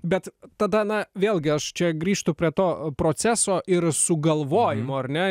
bet tada na vėlgi aš čia grįžtu prie to proceso ir sugalvojimo ar ne